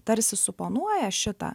tarsi suponuoja šitą